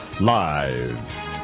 Live